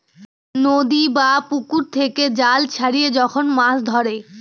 নদী বা পুকুর থেকে জাল ছড়িয়ে যখন মাছ ধরে